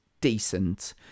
decent